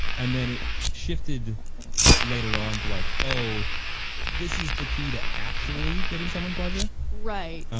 and then it shifted later on to like, oh this is the key to actually giving someone pleasure. right,